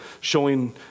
showing